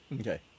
Okay